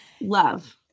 love